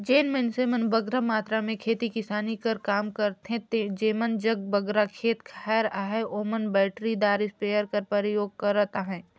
जेन मइनसे मन बगरा मातरा में खेती किसानी कर काम करथे जेमन जग बगरा खेत खाएर अहे ओमन बइटरीदार इस्पेयर कर परयोग करत अहें